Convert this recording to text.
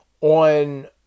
on